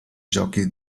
giochi